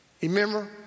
remember